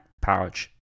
pouch